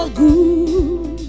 good